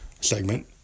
segment